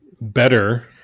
better